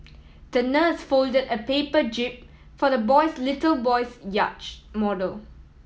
the nurse folded a paper jib for the boys little boy's yacht model